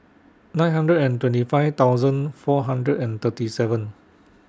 nine hundred and twenty five thousand four hundred and thirty seven